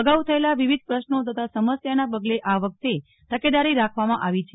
અગાઉ થયેલા વિવિધ પ્રશ્નો તથા સમસ્યાના પગલે આ વખતે તકેદારી રાખવામાં આવી છે